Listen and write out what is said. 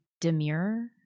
demure